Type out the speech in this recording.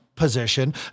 Position